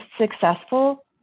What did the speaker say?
successful